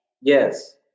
Yes